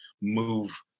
move